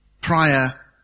prior